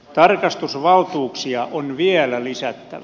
tarkastusvaltuuksia on vielä lisättävä